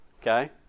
okay